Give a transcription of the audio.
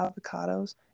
avocados